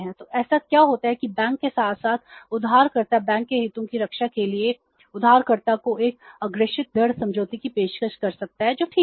तो ऐसा क्या होता है कि बैंक के साथ साथ उधारकर्ता बैंक के हितों की रक्षा के लिए उधारकर्ता को एक अग्रेषित दर समझौते की पेशकश कर सकता है जो ठीक है